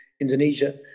indonesia